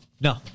No